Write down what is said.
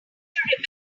have